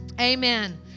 Amen